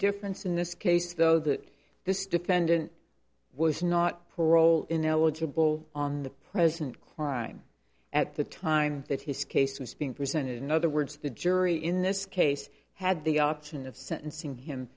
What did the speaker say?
difference in this case though that this defendant was not parole ineligible on the present crime at the time that his case was being presented in other words the jury in this case had the option of sentencing him